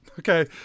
Okay